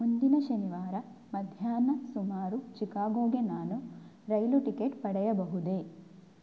ಮುಂದಿನ ಶನಿವಾರ ಮಧ್ಯಾಹ್ನ ಸುಮಾರು ಚಿಕಾಗೋಗೆ ನಾನು ರೈಲು ಟಿಕೆಟ್ ಪಡೆಯಬಹುದೇ